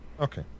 Okay